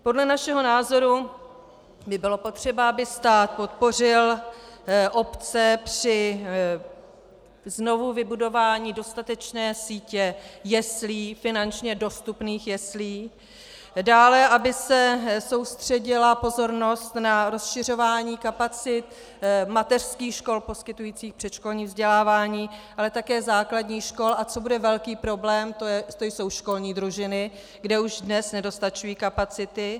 Podle našeho názoru by bylo potřeba, aby stát podpořil obce při znovuvybudování dostatečné sítě jeslí, finančně dostupných jeslí, dále aby se soustředila pozornost na rozšiřování kapacit mateřských škol poskytujících předškolní vzdělávání, ale také základních škol, a co bude velký problém, to jsou školní družiny, kde už dnes nedostačují kapacity.